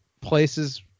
places